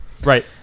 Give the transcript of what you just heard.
right